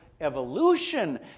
evolution